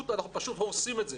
אנחנו פשוט הורסים את זה.